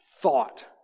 thought